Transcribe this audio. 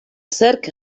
zerk